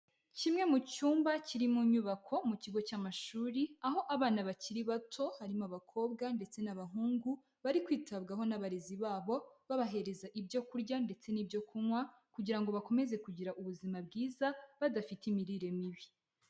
Kimwe mu cyumba kiri mu nyubako mu kigo cy'amashuri, aho abana bakiri bato harimo abakobwa ndetse n'abahungu bari kwitabwaho n'abarezi babo babahereza ibyo kurya ndetse n'ibyo kunywa kugira ngo bakomeze kugira ubuzima bwiza badafite imirire mibi.